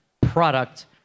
product